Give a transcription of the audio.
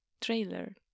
trailer